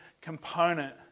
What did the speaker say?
component